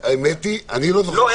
האמת היא שאני לא זוכר שאמרתי -- לא,